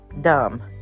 dumb